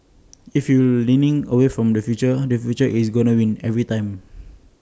if you leaning away from the future the future is gonna win every time